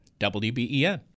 WBen